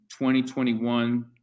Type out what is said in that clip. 2021